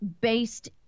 based